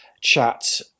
chat